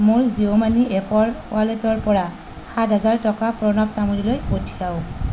মোৰ জিঅ' মানি এপৰ ৱালেটৰপৰা সাত হাজাৰ টকা প্ৰণৱ তামুলীলৈ পঠিয়াওক